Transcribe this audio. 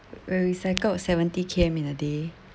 where we cycled seventy K_M in a day